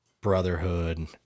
brotherhood